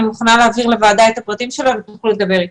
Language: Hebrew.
ואם תרצו אני מוכנה להעביר לוועדה את הפרטים שלה ותוכלו לדבר אתה.